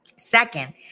Second